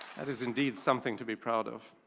that is indeed something to be proud of.